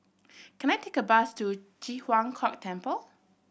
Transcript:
can I take a bus to Ji Huang Kok Temple